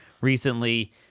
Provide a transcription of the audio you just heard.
recently